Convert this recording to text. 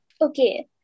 Okay